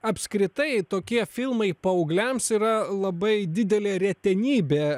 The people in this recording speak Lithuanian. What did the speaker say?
apskritai tokie filmai paaugliams yra labai didelė retenybė